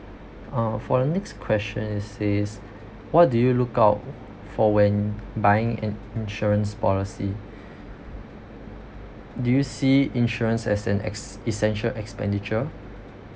uh for the next question it says what do you look out for when buying an insurance policy do you see insurance as an ex~ essential expenditure